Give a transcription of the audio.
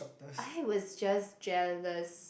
I was just jealous